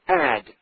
ADD